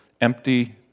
empty